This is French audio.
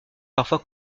parfois